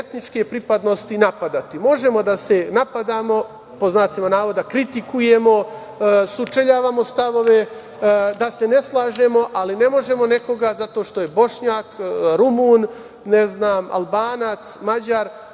etničke pripadnosti napadati. Možemo da se napadamo, pod znacima navoda, kritikujemo, sučeljavamo stavove, da se ne slažemo, ali ne možemo nekoga zato što je Bošnjak, Rumun, Albanac, Mađar,